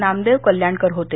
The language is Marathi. नामदेव कल्याणकर होते